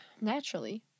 Naturally